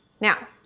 now,